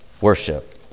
worship